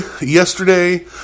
Yesterday